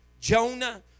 Jonah